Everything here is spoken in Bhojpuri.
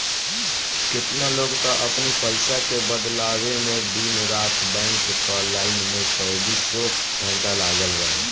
केतना लोग तअ अपनी पईसा के बदलवावे में दिन रात बैंक कअ लाइन में चौबीसों घंटा लागल रहे